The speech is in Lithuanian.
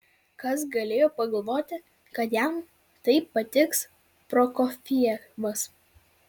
kas galėjo pagalvoti kad jam taip patiks prokofjevas